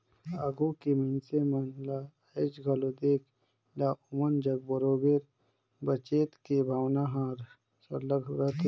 आघु के मइनसे मन ल आएज घलो देख ला ओमन जग बरोबेर बचेत के भावना हर सरलग रहथे